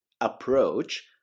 approach